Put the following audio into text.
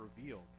revealed